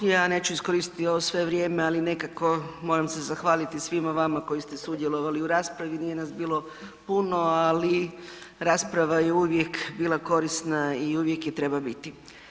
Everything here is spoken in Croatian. Ja neću iskoristiti ovo sve vrijeme, ali nekako moram se zahvaliti svima vama koji ste sudjelovali u raspravi, nije nas bilo puno, ali rasprava je uvijek bila korisna i uvijek je treba biti.